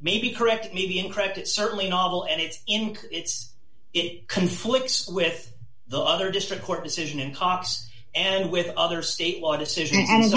maybe correct maybe incorrect it certainly novel and it's in its it conflicts with the other district court decision and cops and with other state law decisions and